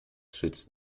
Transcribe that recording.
schützt